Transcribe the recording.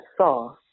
saw